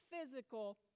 physical